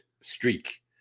streak